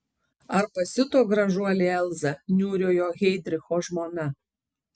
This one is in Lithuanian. ar pasiuto gražuolė elza niūriojo heidricho žmona